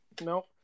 No